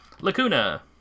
Lacuna